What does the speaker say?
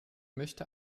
möchte